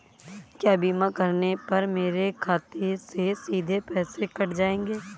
क्या बीमा करने पर मेरे खाते से सीधे पैसे कट जाएंगे?